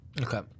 Okay